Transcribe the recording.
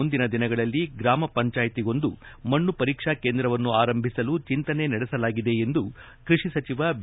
ಮುಂದಿನ ದಿನಗಳಲ್ಲಿ ಗ್ರಾಮ ಪಂಚಾಯಿತಿಗೊಂದು ಮಣ್ಣು ಪರೀಕ್ಷಾ ಕೇಂದ್ರವನ್ನು ಆರಂಭಿಸಲು ಚಿಂತನೆ ನಡೆಸಲಾಗಿದೆ ಎಂದು ಕೃಷಿ ಸಚಿವ ಬಿ